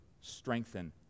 strengthen